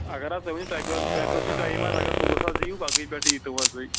اگر حظ تُہۍ ؤنِو تۄہہِ کَر تۄہہِ کَر چھُو ٹایم حظ اگر صُبَحس حظ یِیِو پگہٕے پٮ۪ٹھٕ ییٖتو حظ تُہۍ